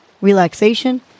relaxation